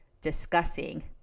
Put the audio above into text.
discussing